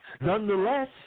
Nonetheless